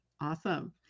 Awesome